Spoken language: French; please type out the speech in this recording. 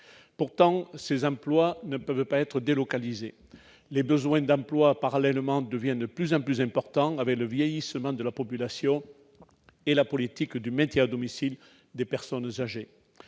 Pourtant, ces emplois ne peuvent pas être délocalisés. Qui plus est, les besoins d'emploi deviennent de plus en plus importants avec le vieillissement de la population et la politique du maintien à domicile des personnes âgées.